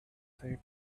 said